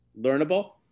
learnable